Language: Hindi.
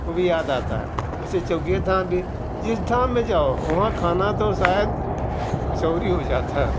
वो भी याद आता है वैसे चौकिया धाम भी जिस धाम में जाओ वहाँ खाना तो शायद कुछ और ही हो जाता है